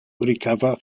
recover